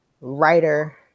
writer